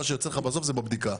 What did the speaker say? מה שיוצא לך בסוף, זה בבדיקה.